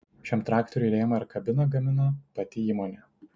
šiam traktoriui rėmą ir kabiną gamino pati įmonė